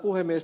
puhemies